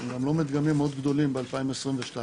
שהם לא מדגמים מאוד גדולים ב-2022,